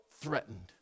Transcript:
threatened